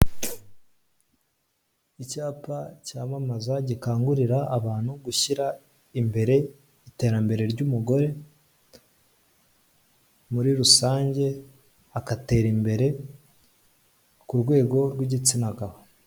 Icyapa cyamamaza gikangurira abantu gushyira imbere iterambere ry'umugore, muri rusange agatera imbere ku rwego rw'igitsina gabo.